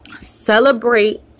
Celebrate